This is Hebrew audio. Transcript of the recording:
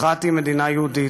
הכרעתי מדינה יהודית.